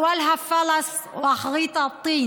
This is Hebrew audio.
(אומרת בערבית: תחילתה בפשיטת רגל ואחריתה בבוץ.)